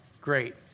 Great